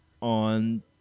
on